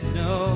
no